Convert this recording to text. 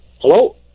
Hello